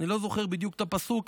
אני לא זוכר בדיוק את הפסוק,